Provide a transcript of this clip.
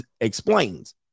explains